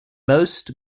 most